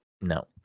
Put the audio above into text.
No